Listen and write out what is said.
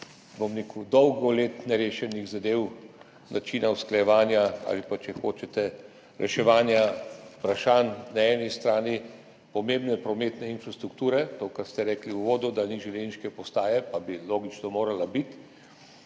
na eno od dolgo let nerešenih zadev, način usklajevanja ali pa, če hočete, reševanja vprašanj na eni strani pomembne prometne infrastrukture, to, kar ste rekli v uvodu, da ni železniške postaje, pa bi logično morala biti.